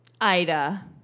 ida